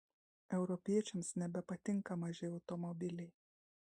europiečiams nebepatinka maži automobiliai